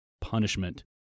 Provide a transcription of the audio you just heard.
punishment